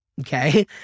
okay